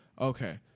Okay